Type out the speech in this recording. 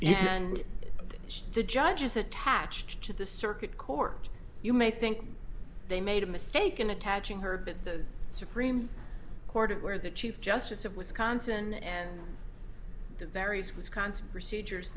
and the judges attached to the circuit court you may think they made a mistake in attaching her but the supreme court where the chief justice of wisconsin and the various wisconsin procedures